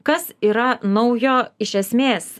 kas yra naujo iš esmės